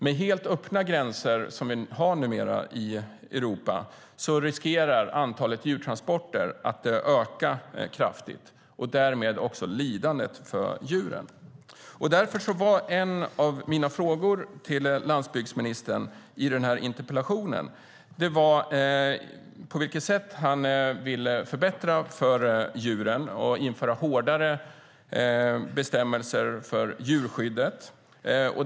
Med helt öppna gränser i Europa riskerar antalet djurtransporter att öka kraftigt och därmed också lidandet för djuren. Därför gällde en av mina frågor i min interpellation till landsbygdsministern på vilket sätt han vill förbättra för djuren och införa hårdare bestämmelser för djurskyddet.